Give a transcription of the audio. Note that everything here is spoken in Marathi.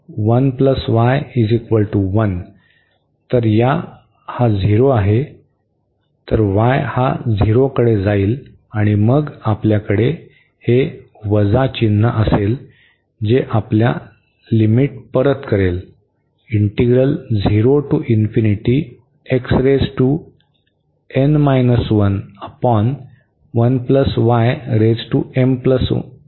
तर y हा 0 कडे जाईल आणि मग आपल्याकडे हे वजा चिन्ह असेल जे आपल्या लिमिट परत करेल